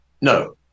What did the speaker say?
No